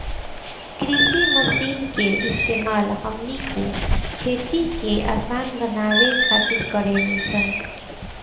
कृषि मशीन के इस्तेमाल हमनी के खेती के असान बनावे खातिर कारेनी सन